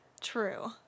True